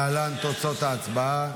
להלן תוצאות ההצבעה: